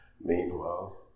Meanwhile